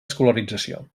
escolarització